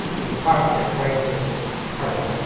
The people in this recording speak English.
response to crisis harder.